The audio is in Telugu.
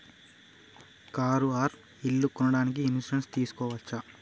కారు ఆర్ ఇల్లు కొనడానికి ఇన్సూరెన్స్ తీస్కోవచ్చా?